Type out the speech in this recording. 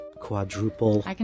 Quadruple